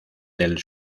del